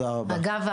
אגב,